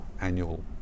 annual